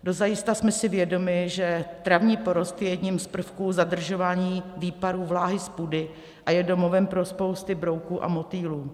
Dozajista jsme si vědomi, že travní porost je jedním z prvků zadržování výparů vláhy z půdy a je domovem pro spousty brouků a motýlů.